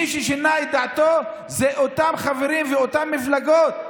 מי ששינה את דעתו אלה אותם חברים ואותן מפלגות,